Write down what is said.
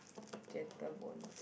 Gentle-Bones